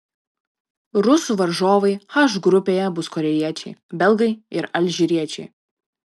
rusų varžovai h grupėje bus korėjiečiai belgai ir alžyriečiai